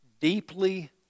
Deeply